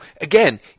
again